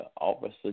Officer